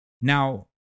Now